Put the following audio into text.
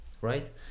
Right